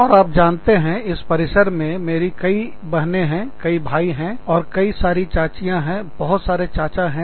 और आप जानते हैं इस परिसर कैंपस में मेरी कई बहने हैं कई भाई हैं और कई सारी चाचियां और बहुत सारे चाचा हैं